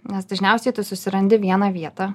nes dažniausiai tu susirandi vieną vietą